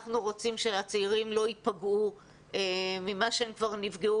אנחנו רוצים שהצעירים לא ייפגעו ממה שהם כבר נפגעו,